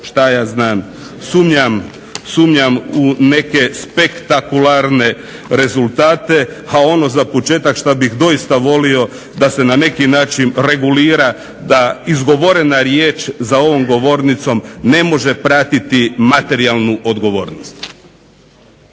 šta ja znam sumnjam u neke spektakularne rezultate, a ono za početak što bih doista volio da se na neki način regulira, da izgovorne riječ za ovom govornicom ne može pratiti materijalnu odgovornost.